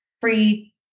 free